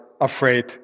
afraid